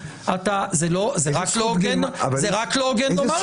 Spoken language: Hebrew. --- לא הזמנתם --- זה רק לא הוגן לומר את זה.